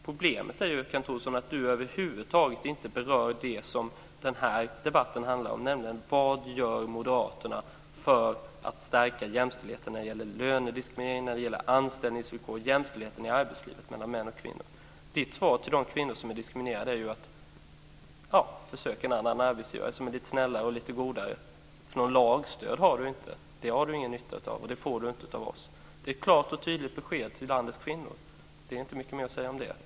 Problemet är ju att Kent Olsson över huvud taget inte berör det som den här debatten handlar om, nämligen vad moderaterna gör för att stärka jämställdheten när det gäller lönediskriminering, anställningsvillkor och jämställdheten i arbetslivet mellan män och kvinnor. Kent Olssons svar till de kvinnor som är diskriminerade är ju att de ska försöka med en annan arbetsgivare som är lite snällare och lite godare. Något stöd i lagen har de inte. Det har de ingen nytta av. Det får de inte av moderaterna. Det är ett klart och tydligt besked till landets kvinnor. Det är inte mycket mer att säga om det.